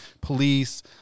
police